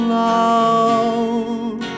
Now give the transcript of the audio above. love